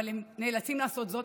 אבל הם נאלצים לעשות זאת,